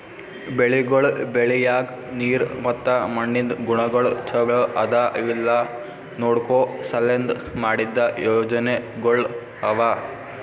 ಬೆಳಿಗೊಳ್ ಬೆಳಿಯಾಗ್ ನೀರ್ ಮತ್ತ ಮಣ್ಣಿಂದ್ ಗುಣಗೊಳ್ ಛಲೋ ಅದಾ ಇಲ್ಲಾ ನೋಡ್ಕೋ ಸಲೆಂದ್ ಮಾಡಿದ್ದ ಯೋಜನೆಗೊಳ್ ಅವಾ